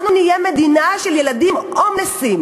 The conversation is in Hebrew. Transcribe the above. אנחנו נהיה מדינה של ילדים הומלסים.